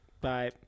Bye